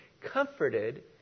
comforted